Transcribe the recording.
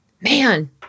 Man